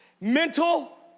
Mental